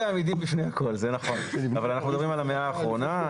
אבל אנחנו מדברים על המאה האחרונה,